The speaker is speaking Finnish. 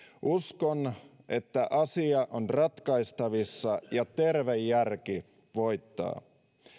uskon että asia on ratkaistavissa ja terve järki voittaa